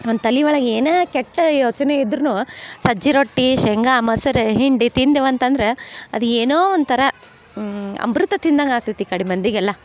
ಅವ್ನ ತಲೆ ಒಳಗೆ ಏನ ಕೆಟ್ಟು ಯೋಚನೆ ಇದ್ದರೂನು ಸಜ್ಜಿ ರೊಟ್ಟಿ ಶೇಂಗ ಮೊಸರ್ ಹಿಂಡಿ ತಿಂದೆವು ಅಂತಂದ್ರ ಅದ್ ಏನೋ ಒಂಥರ ಅಮೃತ ತಿಂದಂಗೆ ಆಗ್ತೈತೆ ಈ ಕಡೆ ಮಂದಿಗೆಲ್ಲ